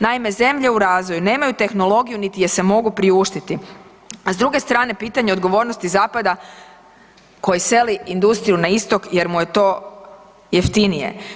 Naime, zemlje u razvoju nemaju tehnologiju niti je se mogu priuštiti, a s druge strane, pitanje odgovornosti zapada koji seli industriju na istok jer mu je to jeftinije.